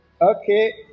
Okay